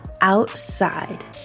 Outside